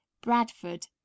bradford